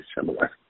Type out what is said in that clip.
similar